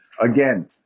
Again